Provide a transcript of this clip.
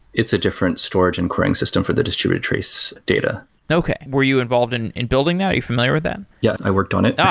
it's a different storage and querying system for the distributed trace data okay. were you involved in in building that? are you familiar with them? yeah, i worked on it.